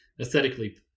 aesthetically